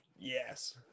yes